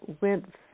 went